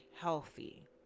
healthy